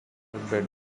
bedroom